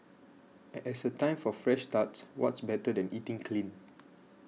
as a time for fresh starts what's better than eating clean